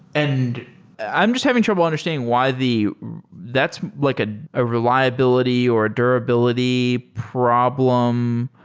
and i'm just having trouble understanding why the that's like ah a reliability or a durability problem.